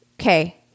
okay